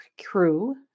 crew